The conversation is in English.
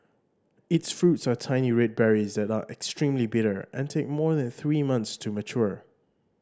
its fruits are tiny red berries that are extremely bitter and take more than three months to mature